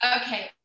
Okay